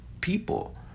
people